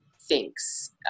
thinks